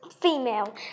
female